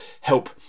help